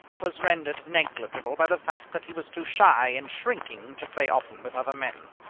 was rendered negligible by the fact that he was too shy and shrinking to play often with other men.